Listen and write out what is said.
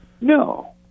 No